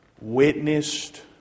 witnessed